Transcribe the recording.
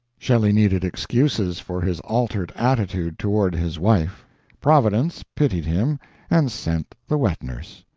shelley needed excuses for his altered attitude toward his wife providence pitied him and sent the wet-nurse.